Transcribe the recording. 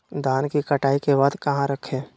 धान के कटाई के बाद कहा रखें?